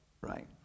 Right